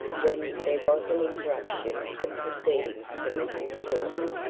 when there was an interruption of proceedings from a new source.